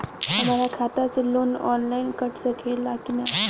हमरा खाता से लोन ऑनलाइन कट सकले कि न?